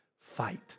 fight